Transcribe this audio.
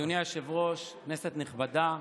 אדוני היושב-ראש, כנסת נכבדה,